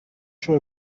show